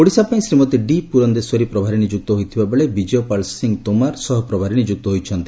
ଓଡିଶା ପାଇଁ ଶ୍ରୀମତୀ ଡ଼ି ପୁରନ୍ଦେଶ୍ୱରୀ ପ୍ରଭାରୀ ନିଯୁକ୍ତ ହୋଇଥିବା ବେଳେ ବିଜୟପାଳ ସିଂ ତୋମାର ସହ ପ୍ରଭାରୀ ନିଯୁକ୍ତ ହୋଇଛନ୍ତି